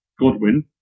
Godwin